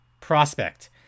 prospect